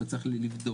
אתה צריך לבדוק,